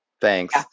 Thanks